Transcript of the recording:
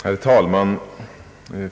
Herr talman!